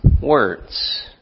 words